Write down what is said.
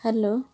hello